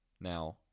Now